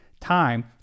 time